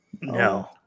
No